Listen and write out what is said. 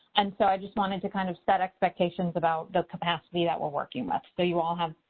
and so i just wanted to kind of set expectations about the capacity that we're working with. so you all have,